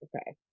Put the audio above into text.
okay